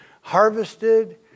harvested